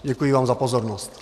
Děkuji vám za pozornost.